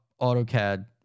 AutoCAD